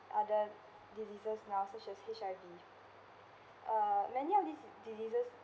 other diseases now such as H_I_V uh many of these diseases